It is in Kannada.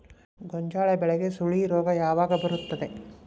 ಗೋಂಜಾಳ ಬೆಳೆಗೆ ಸುಳಿ ರೋಗ ಯಾವಾಗ ಬರುತ್ತದೆ?